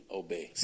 obey